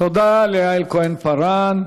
תודה ליעל כהן-פארן.